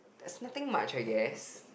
there's nothing much I guess